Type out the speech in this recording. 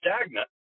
stagnant